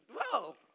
whoa